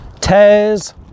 Tears